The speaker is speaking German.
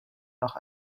noch